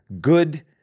good